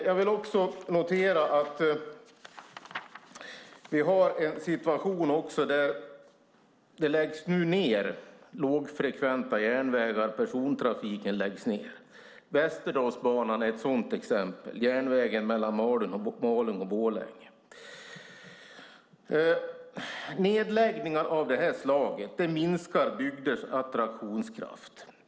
Jag vill också notera att vi även har en situation där det läggs ned lågfrekventa järnvägar. Persontrafiken läggs ned. Västerdalsbanan mellan Malung och Borlänge är ett sådant exempel. Nedläggningar av det här slaget minskar bygders attraktionskraft.